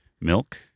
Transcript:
milk